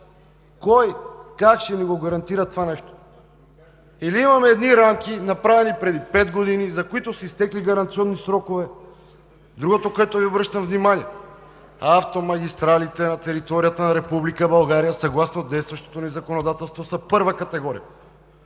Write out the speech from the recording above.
Кой и как ще ни гарантира това нещо, или имаме рамки, направени преди 5 години, за които са изтекли гаранционни срокове? Другото, на което Ви обръщам внимание. Автомагистралите на територията на Република България съгласно действащото ни законодателство са първа категория.